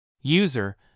User